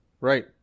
Right